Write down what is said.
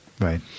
Right